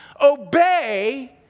obey